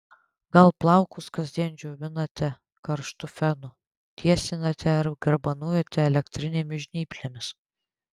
gal plaukus kasdien džiovinate karštu fenu tiesinate ar garbanojate elektrinėmis žnyplėmis